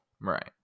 Right